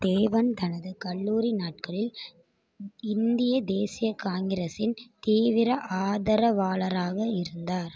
தேவன் தனது கல்லூரி நாட்களில் இந்திய தேசிய காங்கிரசின் தீவிர ஆதரவாளராக இருந்தார்